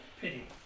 Pity